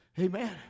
Amen